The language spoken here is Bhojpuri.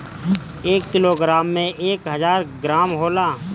एक किलोग्राम में एक हजार ग्राम होला